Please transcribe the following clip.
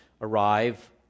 arrive